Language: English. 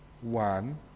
One